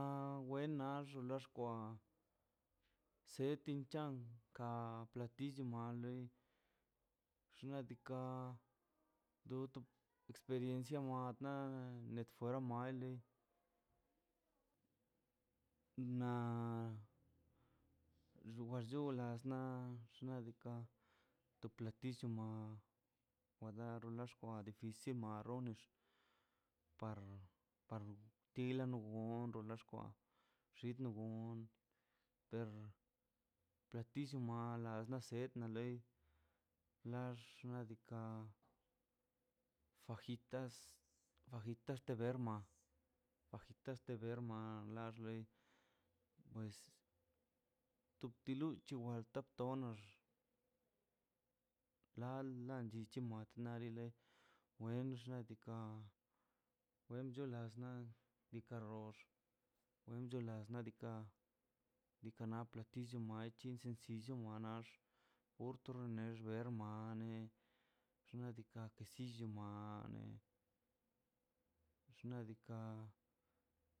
Na wen na nax lo o xkwa sedtin chan ka platillo ma lei xnaꞌ diikaꞌ do to experiencia ma apnana net fuera mali na xuallula xna xnaꞌ diikaꞌ to platillo ma wa darla isi marrones par- par tilano noldo lo xkwa xid no gon per platillo ma alas na set na lei nax xnaꞌ diikaꞌ fajitas fajistas te berma fajitas te berma lar loi pues tip tu loi chian alta tomnax lan llichi muakna wen xnaꞌ diikaꞌ wencho lasna diikaꞌ ror wencho lasna diikaꞌ diikaꞌ na platillo na chi sencillo wa na otor xme menxna xnaꞌ diikaꞌ quesillo mane xnaꞌ diikaꞌ.